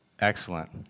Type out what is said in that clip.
Excellent